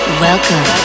welcome